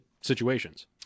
situations